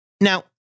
Now